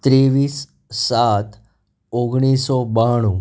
ત્રેવીસ સાત ઓગણીસો બાણું